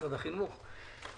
משרד האוצר שלח,